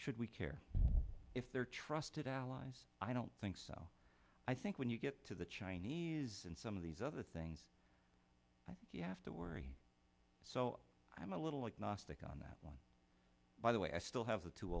should we care if they're trusted allies i don't think so i think when you get to the chinese and some of these other things you have to worry so i'm gnostic on that one by the way i still have the two